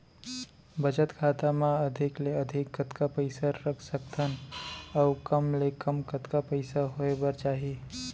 बचत खाता मा अधिक ले अधिक कतका पइसा रख सकथन अऊ कम ले कम कतका पइसा होय बर चाही?